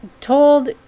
told